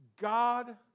God